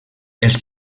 els